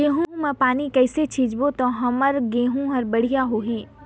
गहूं म पानी कइसे सिंचबो ता हमर गहूं हर बढ़िया होही?